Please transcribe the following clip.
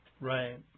right